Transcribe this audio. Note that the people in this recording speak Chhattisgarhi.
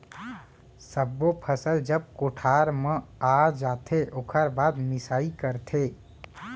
सब्बो फसल जब कोठार म आ जाथे ओकर बाद मिंसाई करथे